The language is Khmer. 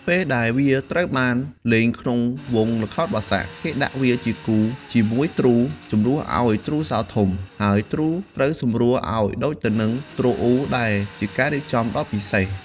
ពេលដែលវាត្រូវបានលេងក្នុងវង់ល្ខោនបាសាក់ គេដាក់វាជាគូជាមួយទ្រូ ជំនួសឱ្យទ្រសោធំ ហើយទ្រូត្រូវសម្រួលឱ្យដូចគ្នាទៅនឹងទ្រអ៊ូ ដែលជាការរៀបចំដ៏ពិសេស។